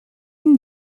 une